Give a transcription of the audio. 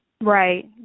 Right